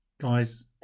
Guys